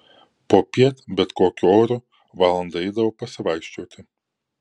popiet bet kokiu oru valandą eidavo pasivaikščioti